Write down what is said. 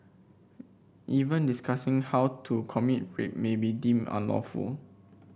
even discussing how to commit rape may be deemed unlawful